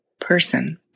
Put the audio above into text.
person